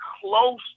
close